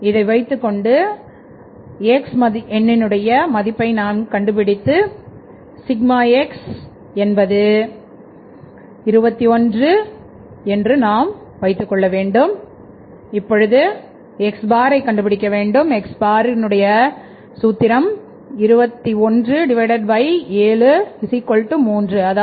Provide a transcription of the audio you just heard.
இதை வைத்துக்கொண்டு x எண்ணினுடைய மதிப்பை நாம் கண்டுபிடிக்க வேண்டும் என்பது ∑X எண்ணினுடைய எண்ணிக்கை 7